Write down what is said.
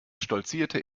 stolzierte